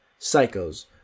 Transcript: psychos